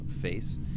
face